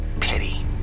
Pity